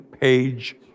page